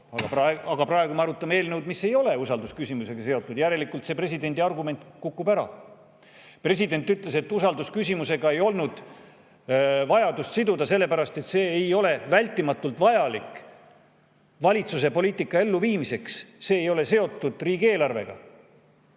aga praegu me arutame eelnõu, mis ei ole usaldusküsimusega seotud. Järelikult see presidendi argument kukub ära. President ütles, et usaldusküsimusega ei olnud vajadust siduda sellepärast, et see [eelnõu] ei ole vältimatult vajalik valitsuse poliitika elluviimiseks, see ei ole seotud riigieelarvega.